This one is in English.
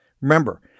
Remember